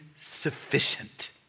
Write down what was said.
sufficient